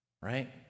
right